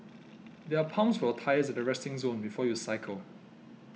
there are pumps for your tyres at the resting zone before you cycle